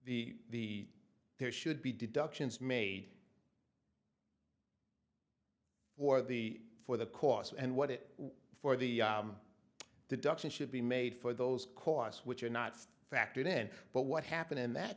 that the there should be deductions made or the for the costs and what it was for the deduction should be made for those costs which are not factored in but what happened in that